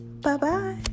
Bye-bye